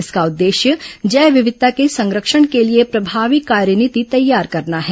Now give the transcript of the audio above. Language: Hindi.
इसका उद्देश्य जैव विविधता के संरक्षण के लिए प्रभावी कार्यनीति तैयार करना है